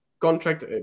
contract